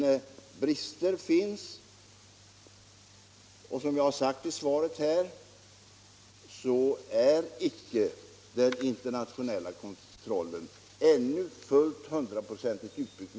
Men brister finns, och som jag har sagt i svaret är icke den internationella kontrollen ännu hundraprocentigt utbyggd.